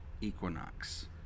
equinox